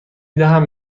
دهم